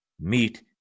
meet